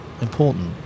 important